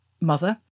mother